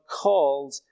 called